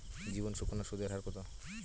জীবন সুকন্যা সুদের হার কত?